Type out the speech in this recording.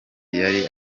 yari